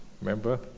Remember